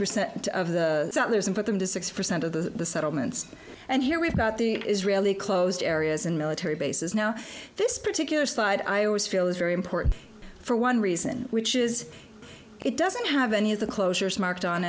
percent of the settlers and put them to six percent of the settlements and here we've got the israeli closed areas and military bases now this particular slide i always feel is very important for one reason which is it doesn't have any of the closures marked on